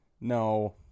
no